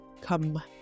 come